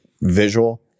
visual